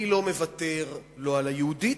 אני לא מוותר, לא על היהודית